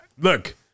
look